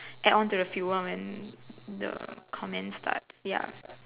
add on to the few woman the comments part ya